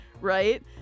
right